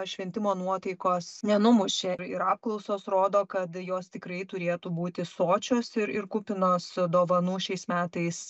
šventimo nuotaikos nenumušė ir apklausos rodo kad jos tikrai turėtų būti sočios ir ir kupinos dovanų šiais metais